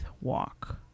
walk